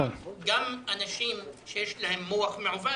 גם אנשים שיש להם מוח מעוות,